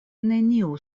neniu